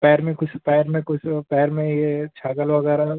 पैर में कुछ पैर में कुछ पैर में ये छागल वगैरह